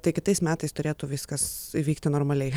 tai kitais metais turėtų viskas įvykti normaliai